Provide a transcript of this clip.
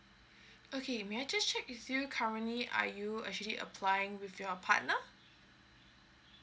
okay may I just check with you currently are you actually applying with your partner